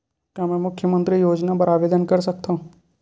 का मैं मुख्यमंतरी योजना बर आवेदन कर सकथव?